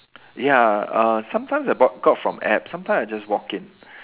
ya uh sometimes I bought got from app sometimes I just walk in